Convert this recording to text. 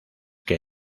que